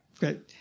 Good